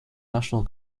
natural